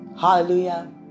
Hallelujah